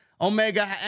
Omega